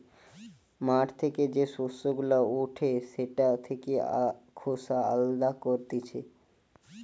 মাঠ থেকে যে শস্য গুলা উঠে সেটা থেকে খোসা আলদা করতিছে